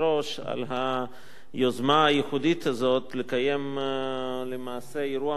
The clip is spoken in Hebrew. על היוזמה הייחודית הזאת לקיים אירוע מיוחד